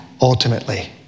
ultimately